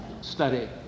study